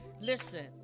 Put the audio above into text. listen